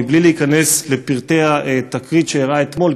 בלי להיכנס לפרטי התקרית שאירעה אתמול,